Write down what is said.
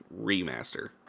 remaster